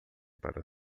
para